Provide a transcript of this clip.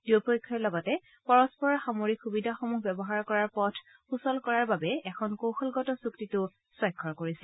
দুয়োপক্ষই লগতে পৰস্পৰৰ সামৰিক সুবিধাসমূহ ব্যৱহাৰ কৰাৰ পথ সুচল কৰাৰ অৰ্থে এখন কৌশলগত চুক্তিতো স্বাক্ষৰ কৰিছিল